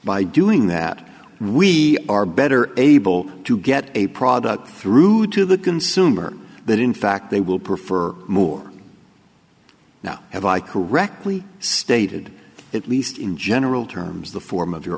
by doing that we are better able to get a product through to the consumer that in fact they will prefer more now have i correctly stated at least in general terms the form of your